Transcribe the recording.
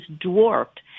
dwarfed